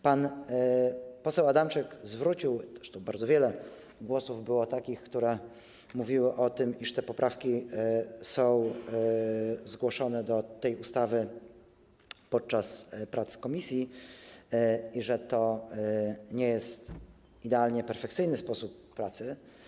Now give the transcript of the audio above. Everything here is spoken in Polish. Pan poseł Adamczyk zwrócił na to uwagę, zresztą bardzo wiele głosów było takich, które mówiły o tym, iż te poprawki były zgłoszone do tej ustawy podczas prac komisji i że to nie jest idealny, perfekcyjny sposób pracy.